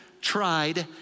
tried